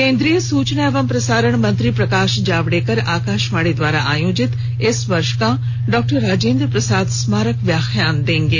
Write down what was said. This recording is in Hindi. केंद्रीय सूचना एवं प्रसारण मंत्री प्रकाश जावड़ेकर आकाशवाणी द्वारा आयोजित इस वर्ष का डॉक्टर राजेंद्र प्रसाद स्मारक व्याख्यान देंगे